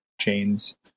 chains